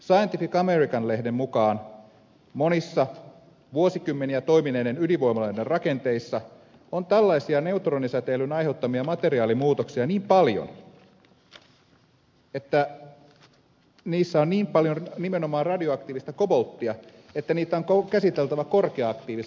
scientific american lehden mukaan monissa vuosikymmeniä toimineiden ydinvoimaloiden rakenteissa on tällaisia neutronisäteilyn aiheuttamia materiaalimuutoksia niin paljon niissä on niin paljon nimenomaan radioaktiivista kobolttia että niitä on käsiteltävä korkea aktiivisena jätteenä